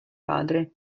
padre